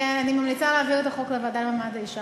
אני ממליצה להעביר את החוק לוועדה למעמד האישה.